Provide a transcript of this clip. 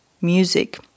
music